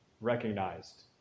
recognized